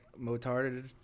motarded